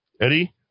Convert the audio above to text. Eddie